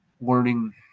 learning